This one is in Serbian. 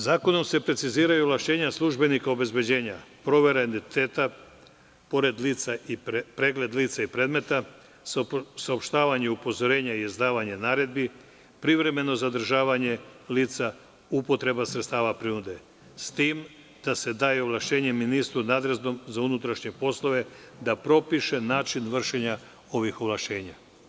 Zakonom se preciziraju ovlašćenja službenika obezbeđenja, provera identiteta, pregled lica i predmeta, saopštavanje upozorenja i izdavanje naredbi, privremeno zadržavanje lica, upotreba sredstava prinude, s tim da se daju ovlašćenja ministru nadležnom za unutrašnje poslove da propiše način vršenja ovih ovlašćenja.